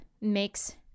makes